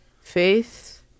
Faith